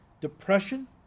depression